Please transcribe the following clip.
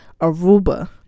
Aruba